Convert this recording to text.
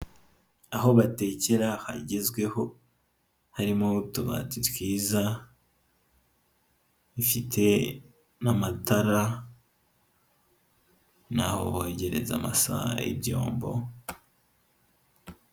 Aho batekera hagezweho, harimo utubati twiza, bifite n'amatara, n'aho bogereza amasahani y'ibyombo.